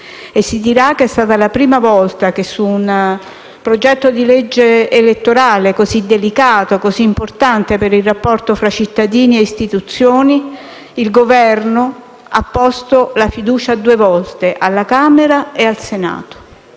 e si dirà che è stata la prima volta che, su un disegno di legge elettorale così delicato e importante per il rapporto tra cittadini e istituzioni, il Governo ha posto la fiducia due volte, alla Camera e al Senato.